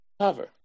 Cover